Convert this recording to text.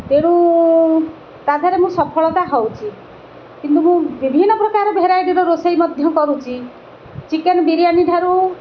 ତେଣୁ ତା ଦିହରେ ମୁଁ ସଫଳତା ହେଉଛି କିନ୍ତୁ ମୁଁ ବିଭିନ୍ନ ପ୍ରକାର ଭେରାଇଟିର ରୋଷେଇ ମଧ୍ୟ କରୁଛି ଚିକେନ୍ ବିରିୟାନୀ ଠାରୁ